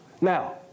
Now